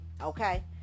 Okay